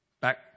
Back